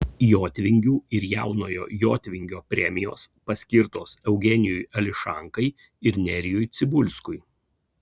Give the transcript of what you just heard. jotvingių ir jaunojo jotvingio premijos paskirtos eugenijui ališankai ir nerijui cibulskui